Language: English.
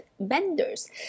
vendors